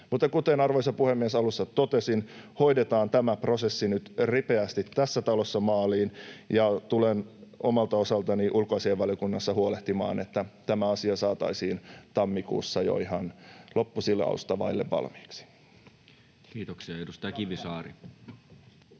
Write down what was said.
kuten, arvoisa puhemies, alussa totesin, hoidetaan tämä prosessi nyt ripeästi tässä talossa maaliin, ja tulen omalta osaltani ulkoasiainvaliokunnassa huolehtimaan, että tämä asia saataisiin tammikuussa jo ihan loppusilausta vaille valmiiksi. Kiitoksia. — Ja edustaja Kivisaari.